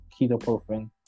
ketoprofen